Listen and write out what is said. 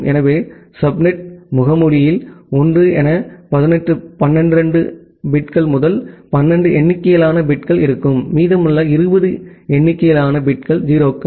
எனவே சப்நெட் முகமூடியில் 1 என 12 பிட்கள் முதல் 12 எண்ணிக்கையிலான பிட்கள் இருக்கும் மீதமுள்ள 20 எண்ணிக்கையிலான பிட்கள் 0 கள்